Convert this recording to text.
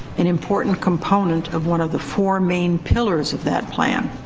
an important component of one of the four main pillars of that plan.